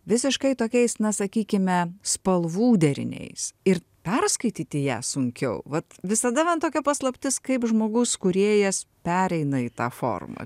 visiškai tokiais na sakykime spalvų deriniais ir perskaityti ją sunkiau vat visada man tokia paslaptis kaip žmogus kūrėjas pereina į tą formą